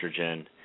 estrogen